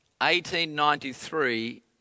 1893